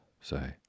Say